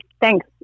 thanks